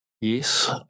Yes